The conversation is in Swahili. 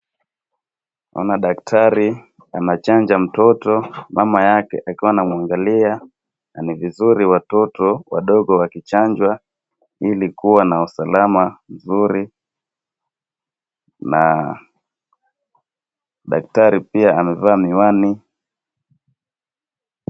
Naona daktari anachanja mtoto, mama yake akiwa anamwangalia na ni vizuri watoto wadodgo wakichanjwa ili kuwa na usalama mzuri na daktari pia amevaa miwani.